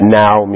now